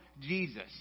Jesus